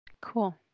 Cool